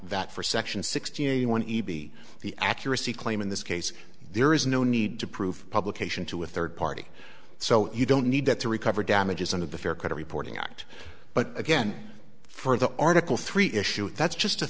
that for section sixty one e b the accuracy claim in this case there is no need to prove publication to a third party so you don't need that to recover damages under the fair credit reporting act but again for the article three issue that's just a